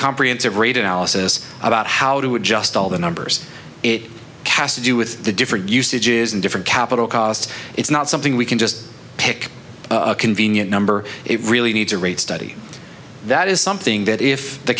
comprehensive rate analysis about how to adjust all the numbers it has to do with the different usages in different capital costs it's not something we can just pick a convenient number it really needs a rate study that is something that if the